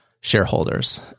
shareholders